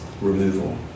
removal